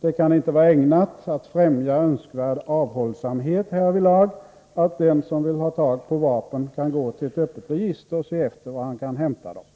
Det kan inte vara ägnat att främja önskvärd avhållsamhet härvidlag att den som vill ha tag på vapen kan gå till ett öppet register och se efter var han kan hämta vapen.